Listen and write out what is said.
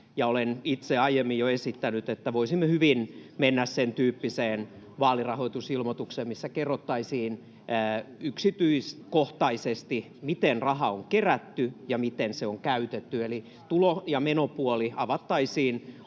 olen itse jo aiemmin esittänyt, että voisimme hyvin mennä sentyyppiseen vaalirahoitusilmoitukseen, missä kerrottaisiin yksityiskohtaisesti, miten raha on kerätty ja miten se on käytetty, eli tulo- ja menopuoli avattaisiin,